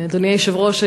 אדוני היושב-ראש,